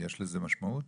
יש לזה משמעות?